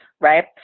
right